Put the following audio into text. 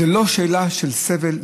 זו לא שאלה של סבל,